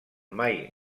mai